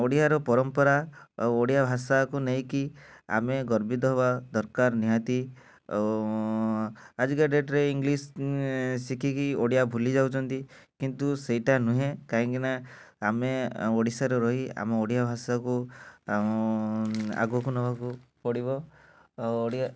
ଓଡ଼ିଆ ର ପରମ୍ପରା ଆଉ ଓଡ଼ିଆର ଭାଷା କୁ ନେଇକି ଆମେ ଗର୍ବିତ ହବା ଦରକାର ନିହାତି ଆଜିକା ଡେଟ୍ ରେ ଇଂଲିଶ ଶିଖିକି ଓଡ଼ିଆ ଭୁଲି ଯାଉଛନ୍ତି କିନ୍ତୁ ସେଇଟା ନୁହେଁ କାହିଁକି ନା ଆମେ ଓଡ଼ିଶାରେ ରହି ଆମ ଓଡ଼ିଆ ଭାଷା କୁ ଆଗକୁ ନେବାକୁ ପଡ଼ିବ ଓଡ଼ିଆ